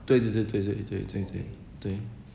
对对对对对对对对对